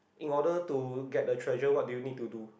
in order to get the treasure what do you need to do